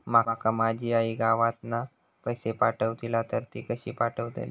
माका माझी आई गावातना पैसे पाठवतीला तर ती कशी पाठवतली?